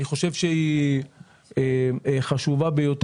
הצעת חוק מענק סיוע לעסקים בשל ההשפעה הכלכלית